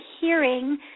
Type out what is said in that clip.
hearing